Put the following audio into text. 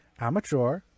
amateur